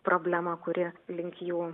problemą kuri link jų